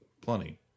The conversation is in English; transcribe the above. plenty